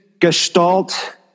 gestalt